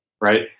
right